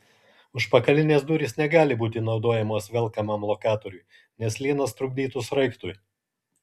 užpakalinės durys negali būti naudojamos velkamam lokatoriui nes lynas trukdytų sraigtui